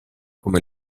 come